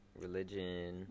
religion